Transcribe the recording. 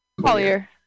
collier